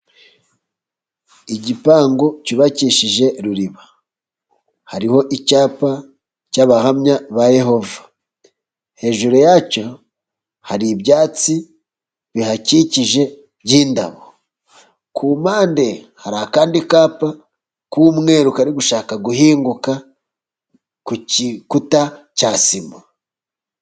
Igipangu cyubakishije ruriba. Hariho icyapa cy’Abahamya ba Yehova, hejuru yacyo hari ibyatsi bihakikije by’indabo. Ku mpande, hari akandi kapa k’umweru kari gushaka guhinguka ku gikuta cya sima.